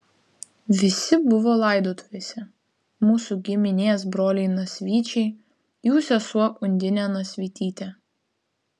visi buvo laidotuvėse mūsų giminės broliai nasvyčiai jų sesuo undinė nasvytytė